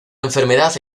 enfermedad